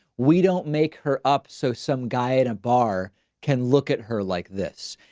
we don't make her up, so some guy at a bar can look at her like, this.